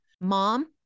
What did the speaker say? mom